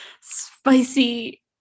spicy